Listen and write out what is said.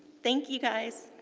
thank you guys.